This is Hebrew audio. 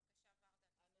בבקשה ורדה את מוזמנת.